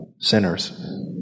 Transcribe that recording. sinners